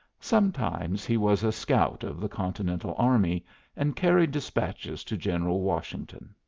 sometimes he was a scout of the continental army and carried despatches to general washington.